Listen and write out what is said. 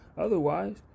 otherwise